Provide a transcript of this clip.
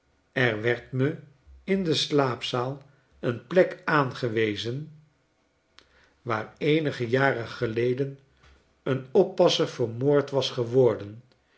er werd me in de slaapzaal een plek aangewezen waar eenige jaren geleden een oppasser vermoord was geworden